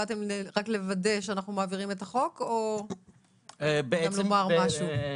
באתם רק לוודא שאנחנו מעבירים את החוק או גם לומר משהו?